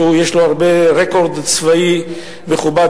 ויש לו רקורד צבאי מכובד,